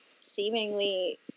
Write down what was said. seemingly